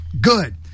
good